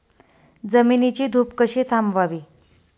जमिनीची धूप कशी थांबवावी?